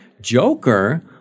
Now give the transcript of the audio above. joker